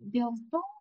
dėl to